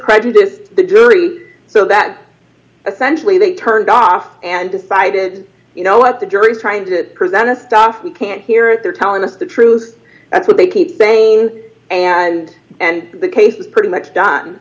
prejudiced the jury so that essentially they turned off and decided you know what the jury is trying to present a stuff we can't hear it they're telling us the truth that's what they keep saying and and the case is pretty much done